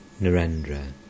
Narendra